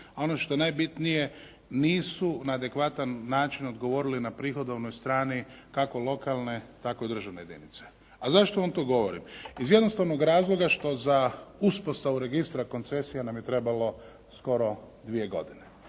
ono što je najbitnije nisu na adekvatan način odgovorili na prihodovnoj strani kako lokalne, tako državne jedinice. A zašto vam to govorim? Iz jednostavnog razloga što za uspostavu registra koncesija nam je trebalo skoro dvije godine,